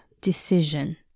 decision